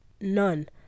None